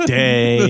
day